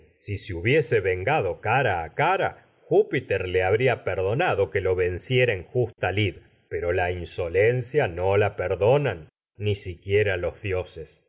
astutamente porque hubiese gado cara a cara júpiter lid le habría perdonado no que lo venciera ni en justa pero la insolencia y la perdo que nan siquiera los dioses